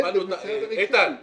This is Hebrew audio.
אדוני היושב-ראש,